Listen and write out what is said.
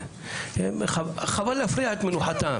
חבל להפריע את מנוחתם.